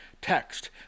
text